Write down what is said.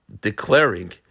declaring